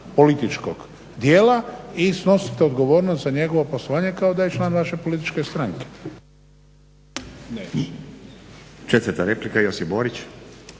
političkog djela i snosite odgovornost za njegovo poslovanje kao da je član vaše političke stranke. **Stazić, Nenad